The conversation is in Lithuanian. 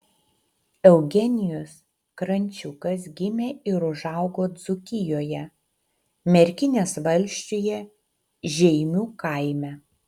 eugenijus krančiukas gimė ir užaugo dzūkijoje merkinės valsčiuje žeimių kaime